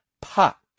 Puck